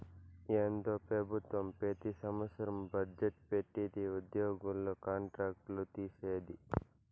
ఏందో పెబుత్వం పెతి సంవత్సరం బజ్జెట్ పెట్టిది ఉద్యోగుల కాంట్రాక్ట్ లు తీసేది